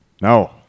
No